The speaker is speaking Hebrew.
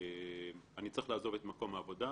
א.כ.: אני צריך לעזוב את מקום העבודה.